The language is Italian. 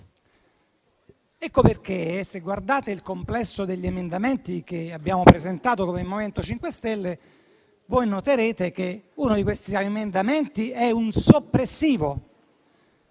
Ecco perché, se guardate il complesso degli emendamenti che abbiamo presentato come MoVimento 5 Stelle, voi noterete che uno di questi emendamenti è un soppressivo.